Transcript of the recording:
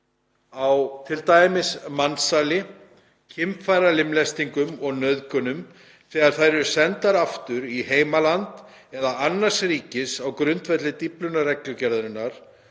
á t.d. mansali, kynfæralimlestingum og nauðgunum þegar þær eru sendar aftur í heimaland eða annars ríkis á grundvelli Dyflinnarreglugerðarinnar,